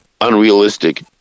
unrealistic